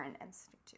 Institute